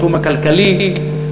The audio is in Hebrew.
בתחום הכלכלי,